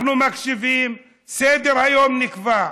אנחנו מקשיבים, סדר-היום נקבע.